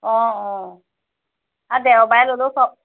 অঁ অঁ আৰু দেওবাৰে ল'লে চব